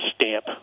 stamp